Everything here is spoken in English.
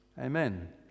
Amen